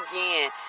again